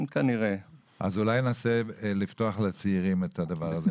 אז אולי נעשה, לפתוח לצעירים את הדבר הזה?